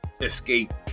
escape